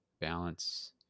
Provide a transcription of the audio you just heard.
balance